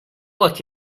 look